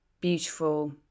beautiful